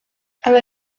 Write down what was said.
ale